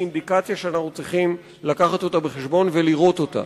אינדיקציה שאנחנו צריכים לקחת אותה בחשבון ולראות אותה.